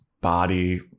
body